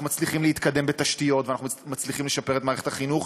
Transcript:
מצליחים להתקדם בתשתיות ואנחנו מצליחים לשפר את מערכת החינוך,